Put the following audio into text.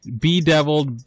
bedeviled